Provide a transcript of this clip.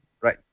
right